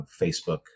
Facebook